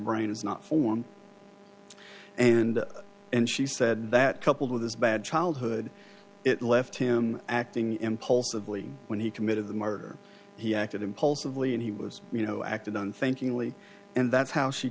brain is not formed and and she said that coupled with his bad childhood it left him acting impulsively when he committed the murder he acted impulsively and he was you know acted on thinking only and that's how she